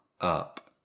up